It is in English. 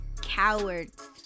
cowards